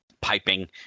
Piping